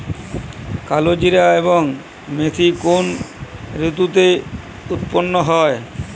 কালোজিরা এবং মেথি কোন ঋতুতে উৎপন্ন হয়?